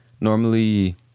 normally